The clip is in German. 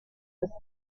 des